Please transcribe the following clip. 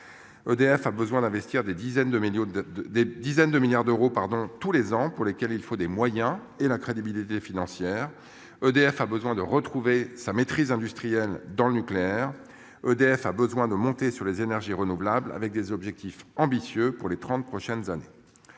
de millions de de des dizaines de milliards d'euros pardon, tous les ans pour lesquels il faut des moyens et la crédibilité financière. EDF a besoin de retrouver sa maîtrise industrielle dans le nucléaire, EDF a besoin de monter sur les énergies renouvelables, avec des objectifs ambitieux pour les 30 prochaines années.